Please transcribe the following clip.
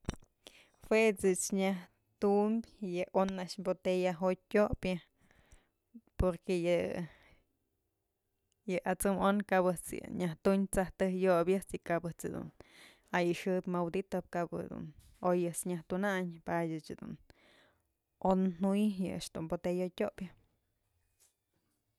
Jue ëjt's nyaj tumbyë yë on a'ax botella jotyë tyopyë poruqe yë at'sëm on kap ëjt's yë nyajtunë 't'saj tëjk yobyë ¨]ejt's y kabë ëjt's ayxëb mëwëdytëp kap jedun oy ëjt's dun nyaj tunayn padyë ëch dun on juy yë a'ax dun botella jotyë tyopyë.